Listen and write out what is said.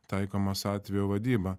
taikomos atvejo vadyba